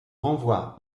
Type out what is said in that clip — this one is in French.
renvoie